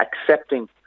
accepting